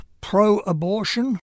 pro-abortion